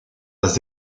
las